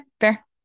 Fair